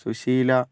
Susheela